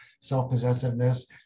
self-possessiveness